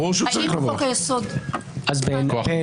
האם חוק היסוד --- בעיניי,